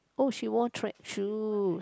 oh she wore track shoes